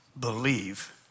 believe